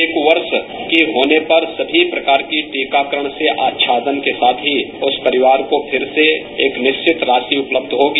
एक वर्ष के होने पर सभी प्रकार के टीकाकरण से अच्छादन के साथ ही उस परिवार को फिर से एक निश्चित राशि उपलब्ध होगी